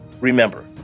Remember